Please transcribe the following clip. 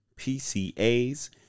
PCAs